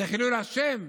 זה חילול השם,